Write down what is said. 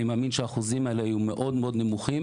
אני מאמין שהאחוזים האלה היו מאוד מאוד נמוכים,